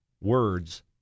words